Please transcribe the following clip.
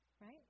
right